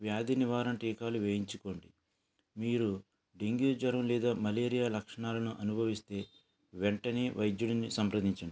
వ్యాధి నివారణ టీకాలు వేయించుకోండి మీరు డెంగ్యూ జ్వరము లేదా మలేరియా లక్షణాలను అనుభవిస్తే వెంటనే వైద్యుడిని సంప్రదించండి